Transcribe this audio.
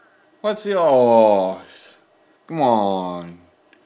what's yours come on